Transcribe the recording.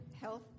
Health